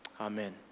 Amen